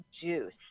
juice